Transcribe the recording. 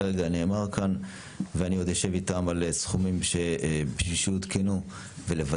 כרגע נאמר כאן ואני עוד אשב איתם על סכומים שיעודכנו ולוודא